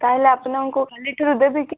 ତାହାହେଲେ ଆପଣଙ୍କୁ କାଲିଠାରୁ ଦେବିକି